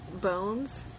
bones